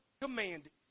commanded